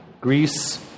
Greece